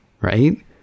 Right